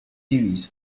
series